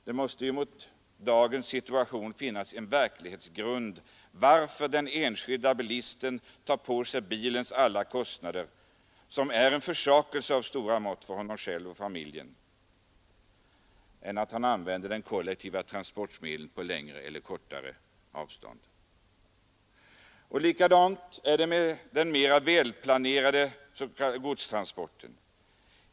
Det måste finnas en grund till att den enskilde bilisten hellre tar på sig bilens alla kostnader — vilket innebär en försakelse av stora mått för honom själv och familjen — än använder de kollektiva transportmedlen på längre eller kortare avstånd. Likadant är det med den mera välplanerade godstransporten.